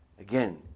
again